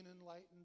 enlightened